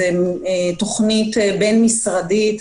זו תוכנית בין-משרדית.